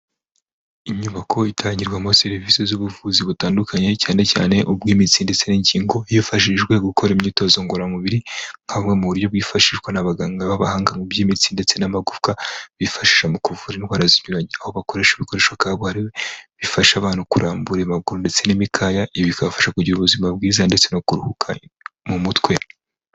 Inyubako itangirwamo serivisi z'ubuvuzi butandukanye cyane cyane ubw'imizi ndetse n'ingingo hifashijwe gukora imyitozo ngororamubiri haba mu buryo bwifashishwa n'abaganga b'abahanga mu by'imitsi ndetse n'amagufwa bifashisha mu kuvura indwara zinyuranye aho bakoresha ibikoresho kabuhari bifasha abantu kurambura amaguru ndetse n'imikaya bikabafasha kugira ubuzima bwiza ndetse no kuruhuka mu mutwe.